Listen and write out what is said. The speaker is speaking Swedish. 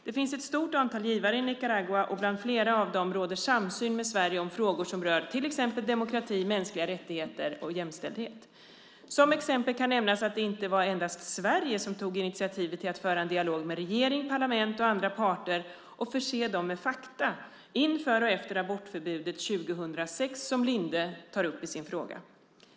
Det finns ett stort antal givare i Nicaragua och bland flera av dem råder samsyn med Sverige om frågor som rör till exempel demokrati, mänskliga rättigheter och jämställdhet. Som exempel kan nämnas att det inte var endast Sverige som tog initiativet till att föra en dialog med regering, parlament och andra parter och förse dem med fakta inför och efter abortförbudet 2006 som Linde tar upp i sin fråga.